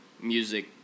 music